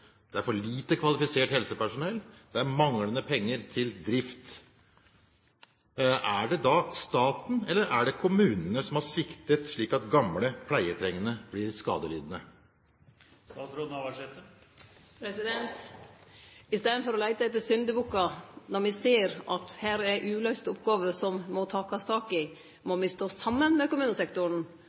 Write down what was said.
det er for lite kvalifisert helsepersonell, det er manglende penger til drift. Er det da staten eller kommunene som har sviktet, slik at gamle pleietrengende blir skadelidende? I staden for å leite etter syndebukkar når me ser at her er uløyste oppgåver som må takast tak i, må me stå saman med kommunesektoren